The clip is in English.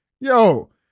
yo